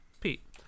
Pete